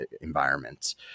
environments